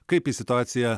kaip į situaciją